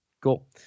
cool